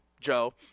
Joe